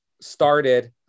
started